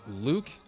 Luke